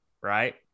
right